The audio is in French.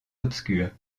obscurs